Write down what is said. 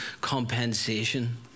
compensation